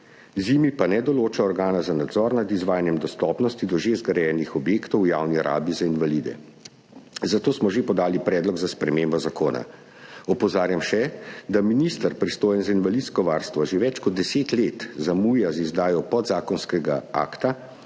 ZIMI pa ne določa organa za nadzor nad izvajanjem dostopnosti do že zgrajenih objektov v javni rabi za invalide. Zato smo že podali predlog za spremembo zakona. Opozarjam še, da minister, pristojen za invalidsko varstvo, že več kot 10 let zamuja z izdajo podzakonskega akta,